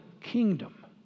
kingdom